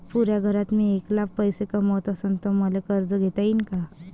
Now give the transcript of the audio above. पुऱ्या घरात मी ऐकला पैसे कमवत असन तर मले कर्ज घेता येईन का?